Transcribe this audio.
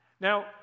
Now